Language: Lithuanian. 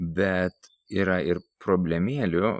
bet yra ir problemėlių